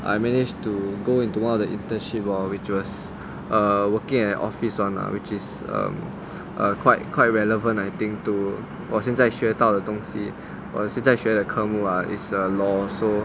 I managed to go into one of the internship lor which was care office one lah which is um um quite quite relevant I think two 我现在学到的东西是在学的科目 lah is err law so